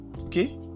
Okay